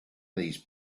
these